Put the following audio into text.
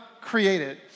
created